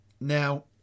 Now